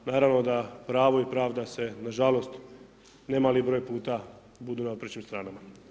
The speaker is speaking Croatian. Naravno da pravo i pravda se, nažalost, ne mali broj puta budu na oprečnim stranama.